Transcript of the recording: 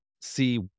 see